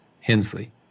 Hensley